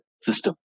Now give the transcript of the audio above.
system